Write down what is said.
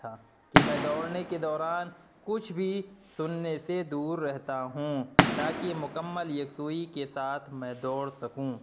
تھا کہ میں دوڑنے کے دوران کچھ بھی سننے سے دور رہتا ہوں تاکہ مکمل یکسوئی کے ساتھ میں دوڑ سکوں